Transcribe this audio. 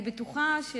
אני בטוחה,